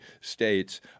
states